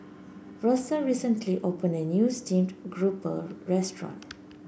Versa recently opened a new Steamed Grouper restaurant